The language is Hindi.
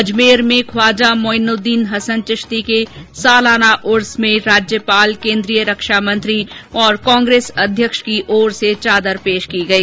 अजमेर में ख्वाजा मोइनुद्दीन हसन चिश्ती के सालाना उर्स में राज्यपाल केन्द्रीय रक्षामंत्री और कांग्रेस अध्यक्ष की ओर से चादर पेश की गई